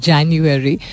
January